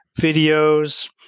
videos